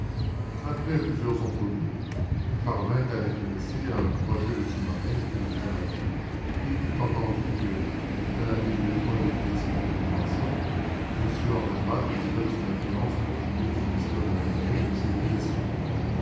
après plusieurs entrevues il parvint à l'intéresser à un projet de sous-marin auquel il travaillait et il fut entendu que dès la mise au point définitive de l'invention m andermatt userait de son influence pour obtenir du ministère de la marine une série d'essais